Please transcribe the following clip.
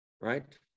right